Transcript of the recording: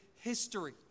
history